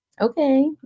Okay